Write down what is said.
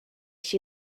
she